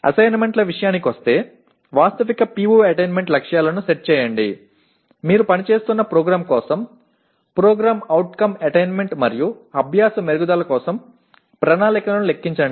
అసైన్మెంట్ల విషయానికి వస్తే వాస్తవిక PO అటైన్మెంట్ లక్ష్యాలను సెట్ చేయండి మీరు పనిచేస్తున్న ప్రోగ్రామ్ కోసం PO అటైన్మెంట్ మరియు అభ్యాస మెరుగుదల కోసం ప్రణాళికను లెక్కించండి